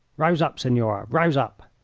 rouse up, signora, rouse up!